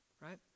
right